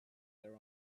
their